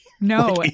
no